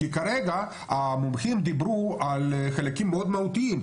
כי כרגע המומחים דיברו על חלקים מאוד מהותיים,